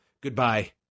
Goodbye